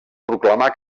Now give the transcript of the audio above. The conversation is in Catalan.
proclamà